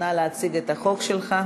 נא להציג את החוק שלך.